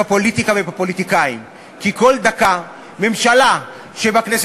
או שאנחנו מלכדנו את הממשלה והיא חייבת